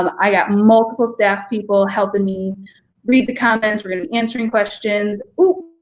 um i got multiple staff people helping me read the comments. we're gonna answering questions. ooh,